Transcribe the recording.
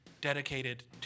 dedicated